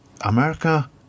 America